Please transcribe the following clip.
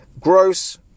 gross